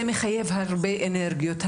זה מחייב הרבה אנרגיות,